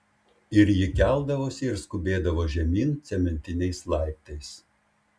ir ji keldavosi ir skubėdavo žemyn cementiniais laiptais